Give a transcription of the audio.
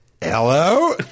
Hello